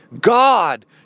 God